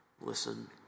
listen